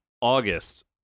August